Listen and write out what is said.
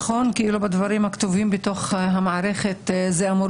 נכון שבדברים הכתובים בתוך המערכת זה אמור